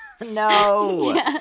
no